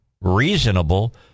reasonable